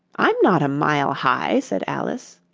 i'm not a mile high said alice.